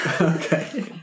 Okay